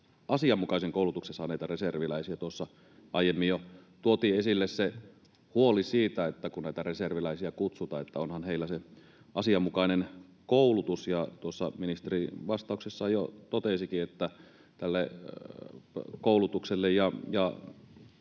asianmukaisen koulutuksen saaneita reserviläisiä. Tuossa aiemmin jo tuotiin esille huoli siitä, että kun näitä reserviläisiä kutsutaan, niin onhan heillä se asianmukainen koulutus. Tuossa ministeri vastauksessaan jo totesikin, että tälle koulutukselle